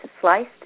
sliced